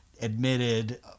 admitted